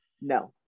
No